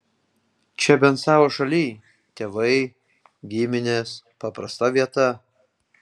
čia bent savo šalyj tėvai giminės paprasta vieta